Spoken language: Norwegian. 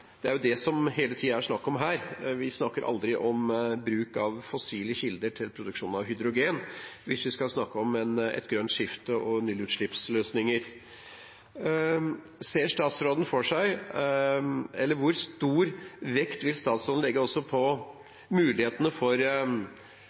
Det er jo det det hele tiden er snakk om her, vi snakker aldri om bruk av fossile kilder i produksjon av hydrogen, hvis vi skal snakke om et grønt skifte og nullutslippsløsninger. Hvor stor vekt vil statsråden legge på mulighetene for